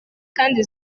kandi